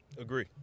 Agree